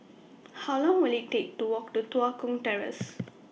How Long Will IT Take to Walk to Tua Kong Terrace